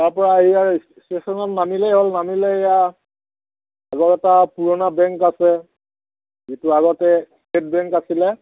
তাৰপৰা ইয়াৰ ষ্টেচনত নামিলেই হ'ল নামিলে ইয়াৰ আগৰ এটা পুৰণা বেংক আছে যিটো আগতে ষ্টেট বেংক আছিলে